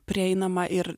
prieinamą ir